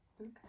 Okay